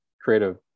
creative